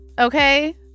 Okay